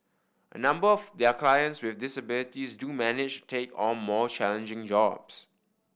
a number of their clients with disabilities do manage take on more challenging jobs